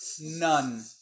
None